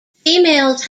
females